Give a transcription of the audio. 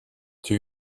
too